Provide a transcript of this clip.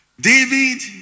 David